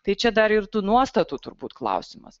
tai čia dar ir tų nuostatų turbūt klausimas